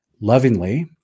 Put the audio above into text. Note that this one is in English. lovingly